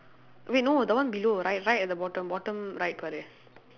wait no that one below right right at the bottom bottom right sorry